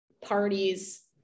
parties